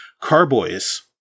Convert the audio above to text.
Carboys